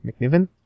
McNiven